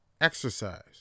exercise